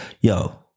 Yo